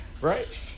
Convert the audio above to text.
right